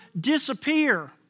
disappear